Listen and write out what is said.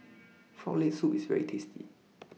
Frog Leg Soup IS very tasty